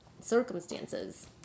circumstances